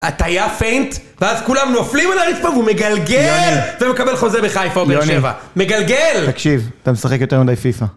הטעייה פיינט, ואז כולם נופלים על הרצפה והוא מגלגל ומקבל חוזה בחיפה או באר שבע. מגלגל! תקשיב, אתה משחק יותר מדי פיפא.